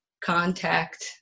contact